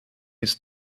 his